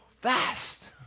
fast